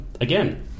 Again